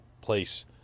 Place